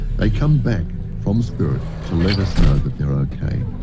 they come back from spirit to let us know that they are okay.